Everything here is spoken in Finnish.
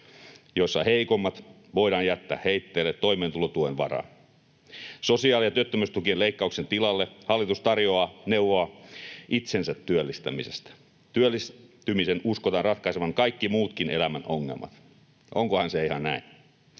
jossa heikommat voidaan jättää heitteille toimeentulotuen varaan. Työttömyys- ja muiden sosiaalitukien leikkauksen tilalle hallitus tarjoaa neuvoa itsensätyöllistämisestä. Työllistymisen uskotaan ratkaisevan kaikki muutkin elämän ongelmat. Onkohan se ihan näin?